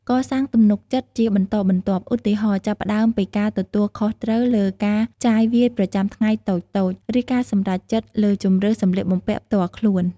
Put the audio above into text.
កសាងទំនុកចិត្តជាបន្តបន្ទាប់ ឧទាហរណ៍ ចាប់ផ្ដើមពីការទទួលខុសត្រូវលើការចាយវាយប្រចាំថ្ងៃតូចៗ ឬការសម្រេចចិត្តលើជម្រើសសម្លៀកបំពាក់ផ្ទាល់ខ្លួន។